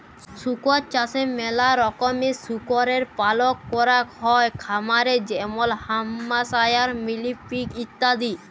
শুকর চাষে ম্যালা রকমের শুকরের পালল ক্যরাক হ্যয় খামারে যেমল হ্যাম্পশায়ার, মিলি পিগ ইত্যাদি